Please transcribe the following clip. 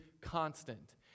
constant